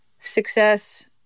success